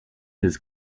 his